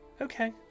Okay